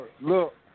Look